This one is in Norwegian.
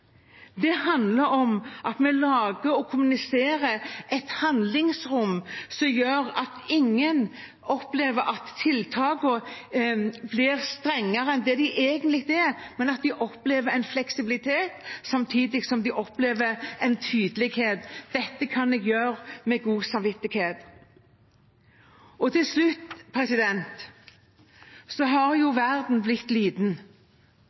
kommuniserer et handlingsrom som gjør at ingen opplever at tiltakene blir strengere enn de egentlig er, men at de opplever en fleksibilitet samtidig som de opplever en tydelighet: Dette kan jeg gjøre med god samvittighet. Til slutt: Verden har blitt liten, og vi har